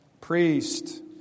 priest